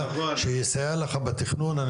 שיסייע לך בתכנון --- נכון.